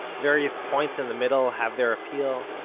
various points in the middle have their appeal,